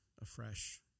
afresh